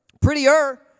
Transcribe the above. prettier